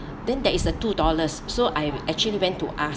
then there is a two dollars so I actually went to ask